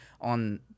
on